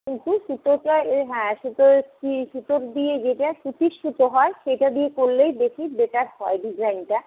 কিন্তু সুতোটা এ হ্যাঁ সুতোয় সুতোর দিয়ে যায় সুতির সুতো হয় সেটা দিয়ে করলেই বেশি বেটার হয় ডিজাইনটা